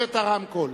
את הרמקול.